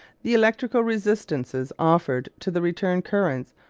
the electrical resistances offered to the return currents,